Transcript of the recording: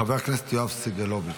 חבר הכנסת יואב סגלוביץ',